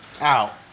Out